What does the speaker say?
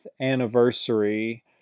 anniversary